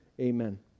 Amen